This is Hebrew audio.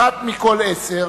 אחת מכל עשר,